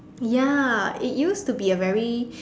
ya it used to be a very